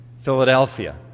Philadelphia